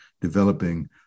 developing